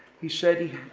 he said,